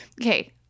okay